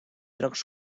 troncs